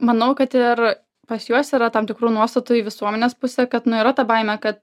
manau kad ir pas juos yra tam tikrų nuostatų į visuomenės pusę kad nu yra ta baimė kad